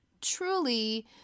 truly